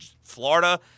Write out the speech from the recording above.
Florida